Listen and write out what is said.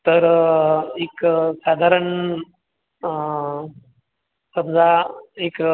तर एक साधारण समजा एक